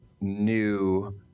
new